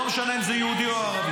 לא משנה אם זה יהודי או ערבי.